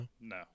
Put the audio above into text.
No